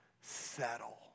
settle